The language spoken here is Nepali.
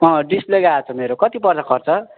अँ डिस्प्ले गएको छ मेरो कति पर्छ खर्च